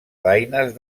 daines